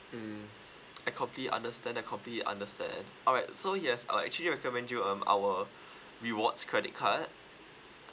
mm I copy understand I copy understand alright so yes I'll actually recommend you um our rewards credit card